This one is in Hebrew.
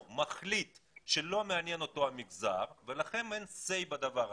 מחליט שלא מעניין אותו המגזר ולכם אין סיי בדבר הזה.